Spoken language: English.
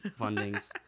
fundings